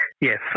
Yes